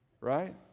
right